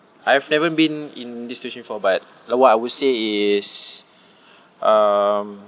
I've never been in this situation before but lo~ what I would say is um